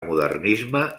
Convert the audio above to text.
modernisme